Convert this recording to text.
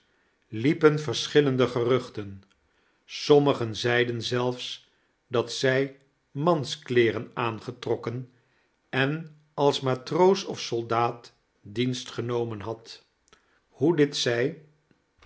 liepen verschillende geruchten sommigen zeiden zelfs dat zij manskleeren aangetrokken en als matroos of soldaat dienst genomen had hoe dit zij